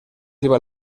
iba